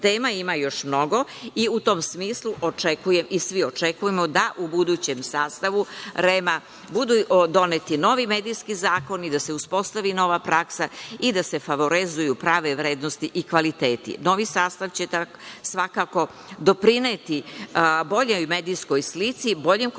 ima još mnogo i u tom smislu očekujem i svi očekujemo da u budućem sastavu REM budu doneti novi medijski zakoni, da se uspostavi nova praksa i da se favorizuju prave vrednosti i kvaliteti. Novi sastav će svakako doprineti boljoj medijskoj slici, boljem korišćenju